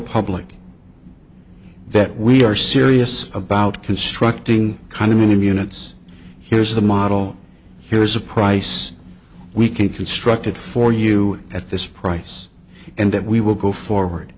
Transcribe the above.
public that we are serious about constructing condominium units here's the model here's a price we can constructed for you at this price and that we will go forward